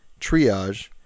triage